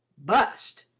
bust!